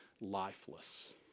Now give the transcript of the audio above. lifeless